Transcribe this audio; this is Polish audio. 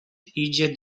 idzie